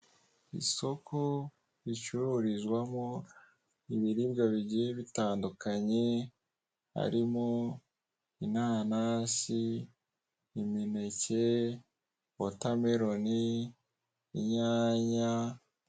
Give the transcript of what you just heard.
Isoko ricururizwamo ibiribwa bigiye bitandukanye harimo: inanasi, imineke, watarmelon, inyanya...